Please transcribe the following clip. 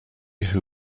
who